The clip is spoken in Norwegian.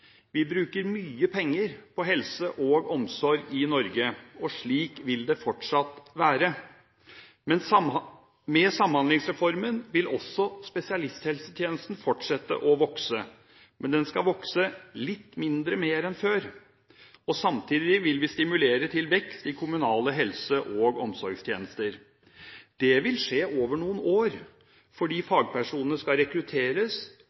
Vi bruker mye penger på helse og omsorg i Norge, og slik vil det fortsatt være. Med Samhandlingsreformen vil også spesialisthelsetjenesten fortsette å vokse, men den skal vokse litt mindre enn før. Samtidig vil vi stimulere til vekst i kommunale helse- og omsorgstjenester. Dette vil skje over noen år fordi fagpersoner skal rekrutteres